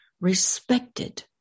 respected